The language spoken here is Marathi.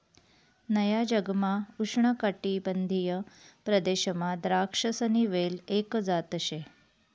नया जगमा उष्णकाटिबंधीय प्रदेशमा द्राक्षसनी वेल एक जात शे